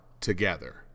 together